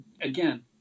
Again